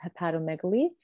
hepatomegaly